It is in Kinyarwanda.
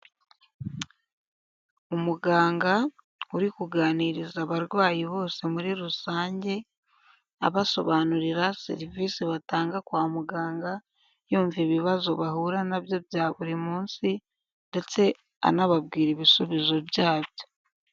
Umuganga uri kuganiriza abarwayi bose muri rusange, abasobanurira serivisi batanga kwa muganga, yumva ibibazo bahura nabyo bya buri munsi ndetse anababwira ibisubizo byabyo.